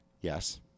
yes